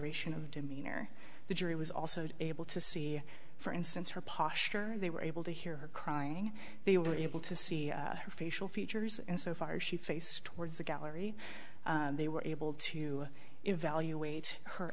observation of demeanor the jury was also able to see for instance her posture they were able to hear her crying they were able to see her facial features and so far she faced towards the gallery they were able to evaluate her